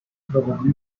probably